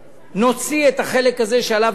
נוציא את החלק הזה שעליו דיברתי,